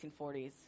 1940s